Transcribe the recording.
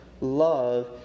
love